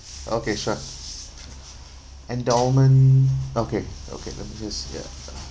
okay sure endowment okay okay let me just ya